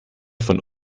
von